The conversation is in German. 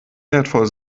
wertvoll